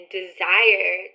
desire